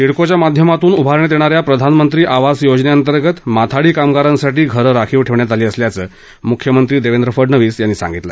सिडकोच्या माध्यमातून उभारण्यात येणा या प्रधानमंत्री आवास योजनेंतर्गत माथाडी कामगारांसाठी घरं राखीव ठेवण्यात आली असल्याचं मुख्यमंत्री देवेंद्र फडणवीस यांनी सांगितलं